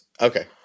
Okay